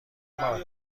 مارک